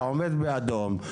אתה עומד באדום,